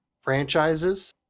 franchises